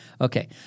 Okay